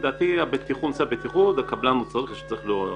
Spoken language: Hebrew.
בנושא הבטיחות הקבלן הוא שאמור לעורר